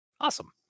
Awesome